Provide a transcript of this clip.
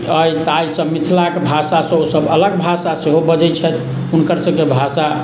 एहि ताहिसँ मिथिलाके भाषासँ ओसब अलग भाषा सेहो बजै छथि हुनकर सबके भाषा